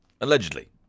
Allegedly